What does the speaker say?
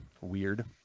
Weird